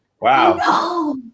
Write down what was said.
Wow